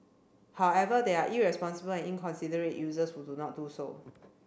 however there are irresponsible and inconsiderate users who do not do so